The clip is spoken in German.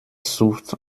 sucht